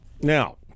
Now